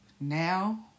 now